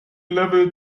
level